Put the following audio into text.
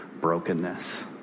brokenness